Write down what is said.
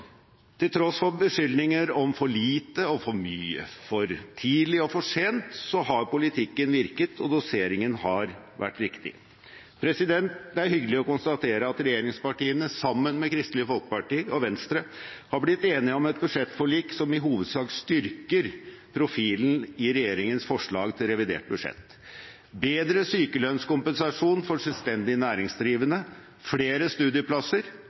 Til tross for beskyldninger om for lite og for mye, for tidlig og for sent, har politikken virket, og doseringen har vært riktig. Det er hyggelig å konstatere at regjeringspartiene sammen med Kristelig Folkeparti og Venstre har blitt enige om et budsjettforlik som i hovedsak styrker profilen i regjeringens forslag til revidert budsjett. Bedre sykelønnskompensasjon for selvstendig næringsdrivende, flere studieplasser,